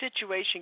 situation